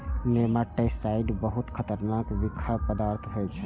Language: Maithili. नेमाटिसाइड्स बहुत खतरनाक बिखाह पदार्थ होइ छै